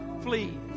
Flee